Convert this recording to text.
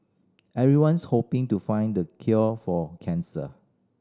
everyone's hoping to find the cure for cancer